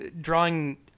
drawing